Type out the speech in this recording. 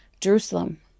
Jerusalem